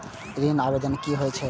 ऋण आवेदन की होय छै?